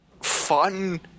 fun